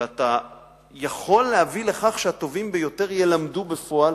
ואתה יכול להביא לכך שהטובים ביותר ילמדו, בפועל,